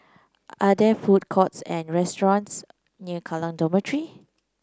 are there food courts and restaurants near Kallang Dormitory